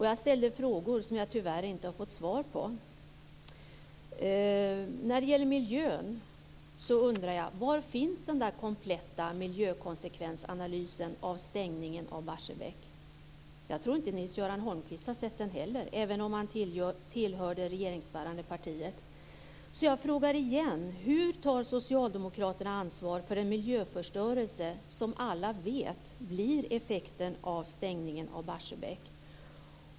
Jag ställde frågor som jag tyvärr inte har fått svar på. När det gäller miljön undrar jag: Var finns den kompletta miljökonsekvensanalysen av stängningen av Barsebäck? Jag tror inte att Nils-Göran Holmqvist heller har sett den, även om han tillhör det regeringsbärande partiet. Jag frågar därför igen: Hur tar socialdemokraterna ansvar för den miljöförstörelse som alla vet blir effekten av stängningen av Barsebäck?